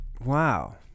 Wow